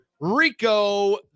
rico